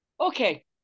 Okay